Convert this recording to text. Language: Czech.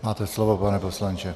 Máte slovo, pane poslanče.